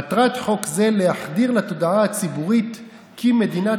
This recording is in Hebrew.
מטרת חוק זה להחדיר לתודעה הציבורית כי מדינת